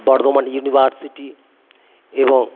Bardhaman University এবং